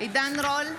עידן רול,